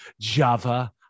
Java